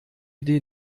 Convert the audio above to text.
idee